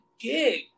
gig